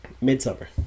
midsummer